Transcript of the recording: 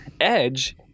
Edge